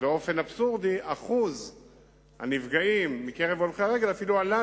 באופן אבסורדי שיעור הנפגעים מקרב הולכי-הרגל אפילו עלה,